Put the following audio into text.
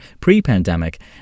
pre-pandemic